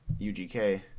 UGK